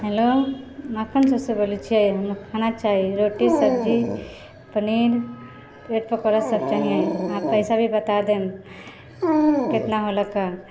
hello Makhan स्वीटसँ बोलै छिए खाना चाही रोटी सब्जी पनीर ब्रेड पकौड़ासब चाही अहाँ पैसा भी बता देब कतना होइलक हइ